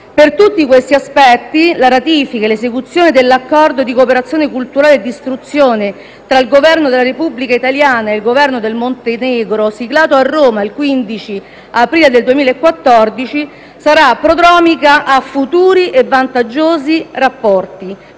Per tutti questi aspetti la ratifica e l'esecuzione dell'Accordo di cooperazione culturale e di istruzione tra il Governo della Repubblica italiana e il Governo del Montenegro, siglato a Roma il 15 aprile del 2014, saranno prodromiche rispetto a futuri e vantaggiosi rapporti.